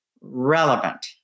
relevant